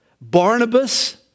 Barnabas